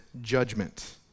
judgment